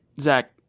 Zach